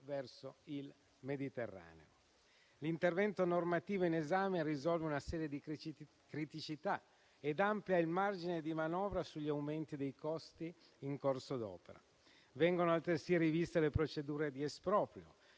verso il Mediterraneo. L'intervento normativo in esame risolve una serie di criticità e amplia il margine di manovra sugli aumenti dei costi in corso d'opera. Vengono altresì riviste le procedure di esproprio,